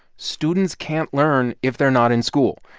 students can't learn if they're not in school.